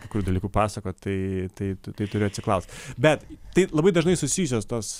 kai kurių dalykų pasakot tai tai tai turiu atsiklaus bet tai labai dažnai susijusios tos